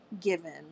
given